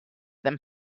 than